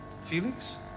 Felix